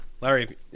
Larry